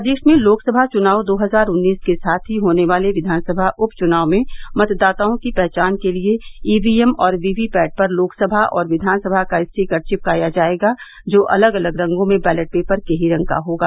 प्रदेश में लोकसभा चुनाव दो हजार उन्नीस के साथ ही होने वाले विधान सभा उपचुनाव में मतदाताओं की पहचान के लिए ईवी एम और वीवीपैट पर लोकसभा और विधान सभा का स्टीकर चिपकाया जायेगा जो अलग अलग रंगो में बैलेट पेपर के ही रंग का होगा